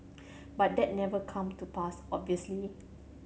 but that never come to pass obviously